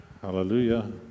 hallelujah